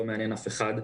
לא מעניין אף אחד.